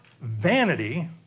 vanity